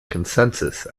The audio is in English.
consensus